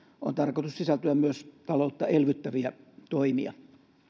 on tarkoitus sisältyä myös taloutta elvyttäviä toimia